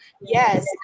Yes